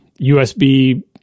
USB